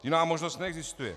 Jiná možnost neexistuje.